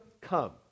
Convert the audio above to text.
come